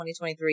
2023